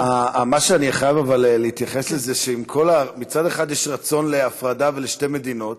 אבל אני חייב להתייחס לזה שמצד אחד יש רצון להפרדה ולשתי מדינות,